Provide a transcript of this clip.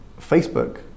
Facebook